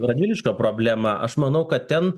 radviliškio problema aš manau kad ten